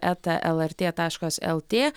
eta lrt taškas lt